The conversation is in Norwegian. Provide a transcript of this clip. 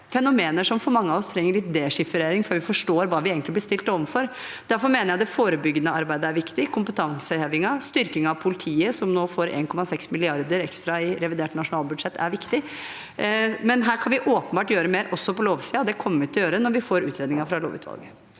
fenomener som for mange av oss trenger litt dechiffrering før vi forstår hva vi egentlig blir stilt overfor. Derfor mener jeg det forebyggende arbeidet er viktig, og kompetansehevingen, styrkingen av politiet – som nå får 1,6 mrd. kr ekstra i revidert nasjonalbudsjett – er viktig. Vi kan åpenbart gjøre mer også på lovsiden. Det kommer vi til å gjøre når vi får utredningen fra lovutvalget.